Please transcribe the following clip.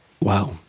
Wow